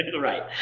Right